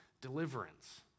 deliverance